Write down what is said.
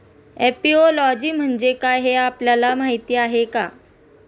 Apiology म्हणजे काय, हे आपल्याला माहीत आहे का?